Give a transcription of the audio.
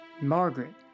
Margaret